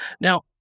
now